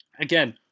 again